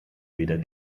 weder